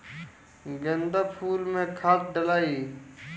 गेंदा फुल मे खाद डालाई?